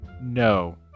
No